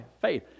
faith